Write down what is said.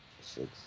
Six